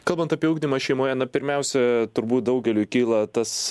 kalbant apie ugdymą šeimoje na pirmiausia turbūt daugeliui kyla tas